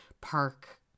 park